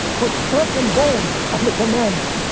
puts flesh and bones on the commandment,